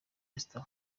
esther